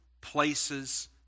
places